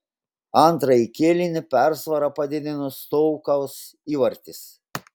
antrąjį kėlinį persvarą padidino stoukaus įvartis